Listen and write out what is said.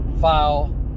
file